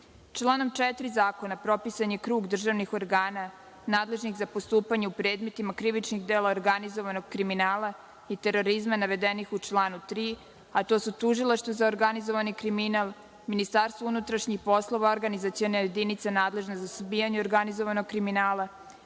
4. zakona propisan je krug državnih organa nadležnih za postupanje u predmetima krivičnog dela organizovanog kriminala i terorizma, navedenih u članu 3, a to su Tužilaštvo za organizovani kriminal, Ministarstvo unutrašnjih poslova, Organizaciona jedinica nadležna za suzbijanje organizovanog kriminala,